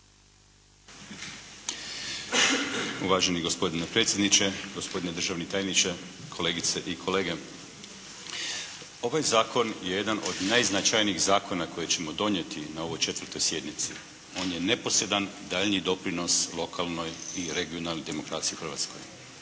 Uvaženi gospodine predsjedniče, gospodine državni tajniče, kolegice i kolege. Ovaj zakon je jedan od najznačajnijih zakona koje ćemo donijeti na ovoj 4. sjednici. On je neposredan daljnji doprinos lokalnoj i regionalnoj demokraciji u Hrvatskoj.